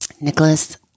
Nicholas